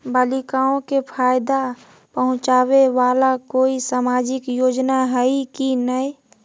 बालिकाओं के फ़ायदा पहुँचाबे वाला कोई सामाजिक योजना हइ की नय?